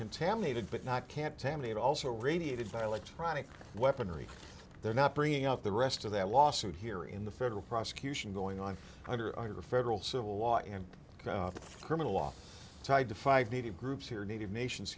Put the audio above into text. contaminated but not can't tammie it also radiated by electronic weaponry they're not bringing out the rest of that lawsuit here in the federal prosecution going on under under federal civil law and criminal law tied to five native groups here native nations